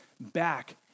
back